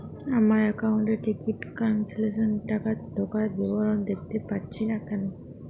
আমার একাউন্ট এ ticket cancellation এর টাকা ঢোকার বিবরণ দেখতে পাচ্ছি না কেন?